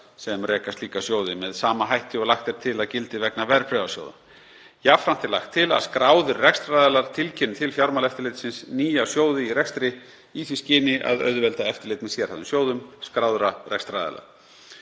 sem reka slíka sjóði með sama hætti og lagt er til að gildi vegna verðbréfasjóða. Jafnframt er lagt til að skráðir rekstraraðilar tilkynni til Fjármálaeftirlitsins nýja sjóði í rekstri í því skyni að auðvelda eftirlit með sérhæfðum sjóðum skráðra rekstraraðila.